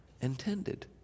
intended